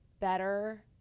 better